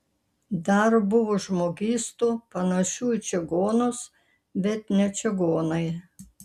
dar buvo žmogystų panašių į čigonus bet ne čigonai